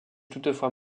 toutefois